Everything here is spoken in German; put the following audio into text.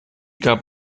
gab